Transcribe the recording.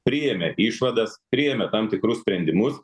priėmė išvadas priėmė tam tikrus sprendimus